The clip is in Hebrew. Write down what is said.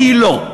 כי היא לא,